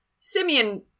Simeon